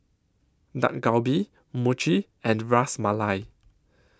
Dak Galbi Mochi and Ras Malai